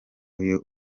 uyu